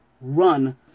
Run